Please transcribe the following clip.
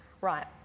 Right